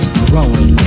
growing